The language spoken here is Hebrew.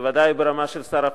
בוודאי ברמה של שר החוץ,